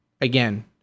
again